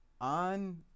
on –